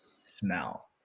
smell